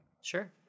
Sure